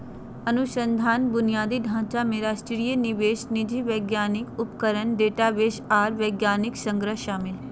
अनुसंधान बुनियादी ढांचा में राष्ट्रीय निवेश निधि वैज्ञानिक उपकरण डेटाबेस आर वैज्ञानिक संग्रह शामिल हइ